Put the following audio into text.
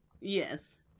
yes